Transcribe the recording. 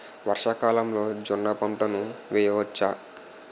వర్షాకాలంలో జోన్న పంటను వేయవచ్చా?